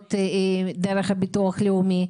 העברות דרך הביטוח הלאומי.